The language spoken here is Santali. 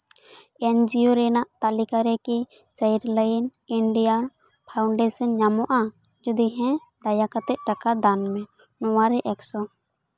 ᱮᱱᱡᱤᱭᱳ ᱨᱮᱱᱟᱜ ᱛᱟᱹᱞᱤᱠᱟ ᱨᱮᱠᱤ ᱪᱟᱭᱤᱞᱰ ᱞᱟᱹᱭᱤᱱ ᱤᱱᱰᱤᱭᱟ ᱯᱷᱟᱣᱩᱱᱰᱮᱥᱚᱱ ᱧᱟᱢᱚᱜᱼᱟ ᱡᱩᱫᱤ ᱦᱮᱸ ᱫᱟᱭᱟ ᱠᱟᱛᱮ ᱴᱟᱠᱟ ᱫᱟᱱ ᱢᱮ ᱱᱚᱣᱟ ᱨᱮ ᱮᱠᱥᱚ